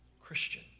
Christian